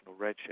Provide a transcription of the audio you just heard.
redshift